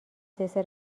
دسر